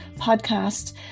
podcast